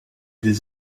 des